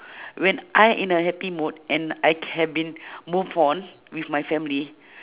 when I in a happy mood and I can be move on with my family